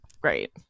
great